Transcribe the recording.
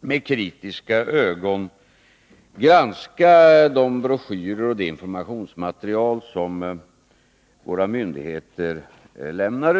med kritiska ögon granska de broschyrer och det informationsmaterial som våra myndigheter lämnar.